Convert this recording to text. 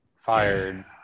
fired